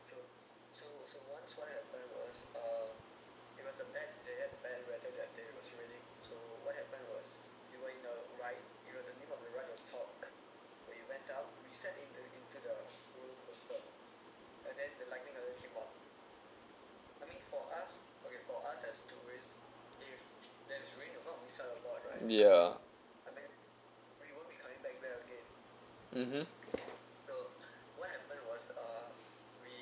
yeah